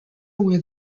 where